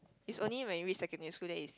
is only when you reach secondary school then is